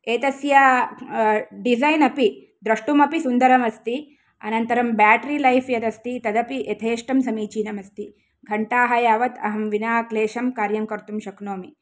एतस्य डीज़ैन् अपि द्रष्टुमपि सुन्दरमस्ति अनन्तरं बेटरी लैफ़् यद् अस्ति तदपि यथेष्टं समीचीनमस्ति घण्टाः यावत् अहं विना क्लेशं कार्यं कर्तुं शक्नोमि